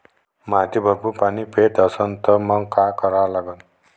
माती भरपूर पाणी पेत असन तर मंग काय करा लागन?